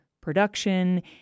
production